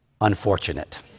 unfortunate